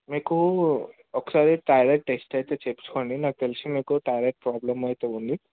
మీకు ఒకసారి thyroid test అయితే చేయించుకోండి నాకు తెలిసి మీకు థైరాయిడ్ ప్రాబ్లం అయితే ఉంది